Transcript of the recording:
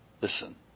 listen